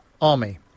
army